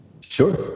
Sure